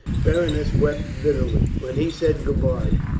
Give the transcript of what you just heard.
berenice wept bitterly when he said goodbye,